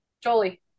Jolie